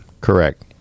Correct